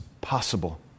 possible